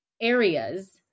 areas